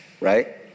right